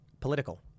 political